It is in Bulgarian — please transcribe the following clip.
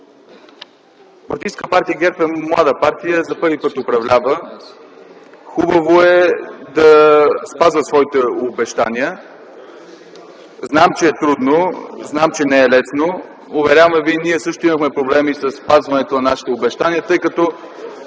Политическа партия ГЕРБ е млада партия, за първи път управлява, хубаво е да спазва своите обещания. Знам, че е трудно, знам, че не е лесно. (Шум и реплики от ГЕРБ.) Уверявам Ви, ние също имахме проблеми със спазването на нашите обещания, тъй като